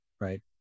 right